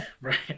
right